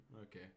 Okay